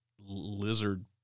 lizard